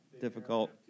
difficult